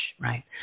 right